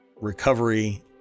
recovery